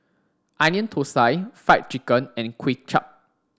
onion thosai fried chicken and Kuay Chap